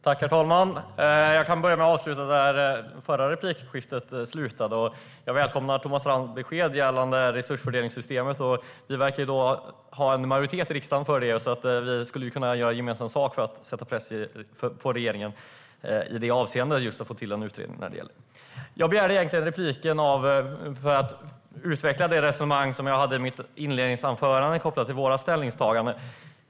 Herr talman! Jag vill ta vid där det förra replikskiftet slutade. Jag välkomnar Thomas Strands besked gällande resursfördelningssystemet. Det verkar ju finnas en majoritet i riksdagen för det, så vi skulle kunna göra gemensam sak för att sätta press på regeringen och få till en utredning. Jag begärde egentligen replik för att utveckla det resonemang som jag hade i mitt inledningsanförande kopplat till vårt ställningstagande.